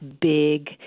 big